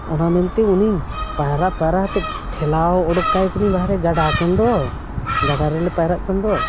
ᱚᱱᱟ ᱢᱮᱱᱛᱮ ᱩᱱᱤ ᱯᱟᱭᱨᱟ ᱯᱟᱭᱨᱟᱛᱮ ᱴᱷᱮᱞᱟᱣ ᱚᱰᱳᱠ ᱠᱟᱭ ᱠᱟᱹᱱᱟᱹᱧ ᱵᱟᱦᱨᱮ ᱜᱟᱰᱟ ᱠᱷᱚᱱ ᱫᱚ ᱜᱟᱰᱟ ᱨᱮᱞᱮ ᱯᱟᱭᱨᱟᱜ ᱠᱟᱱᱫᱚ